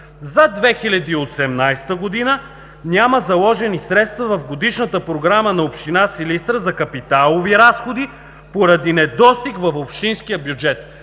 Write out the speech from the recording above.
За 2018 г. няма заложени средства в Годишната програма на община Силистра за капиталови разходи, поради недостиг в общинския бюджет.“